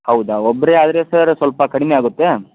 ಹೌದಾ ಒಬ್ಬರೆ ಆದರೆ ಸರ್ ಸ್ವಲ್ಪ ಕಡಿಮೆ ಆಗುತ್ತೆ